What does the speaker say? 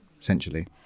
essentially